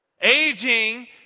Aging